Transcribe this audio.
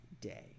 day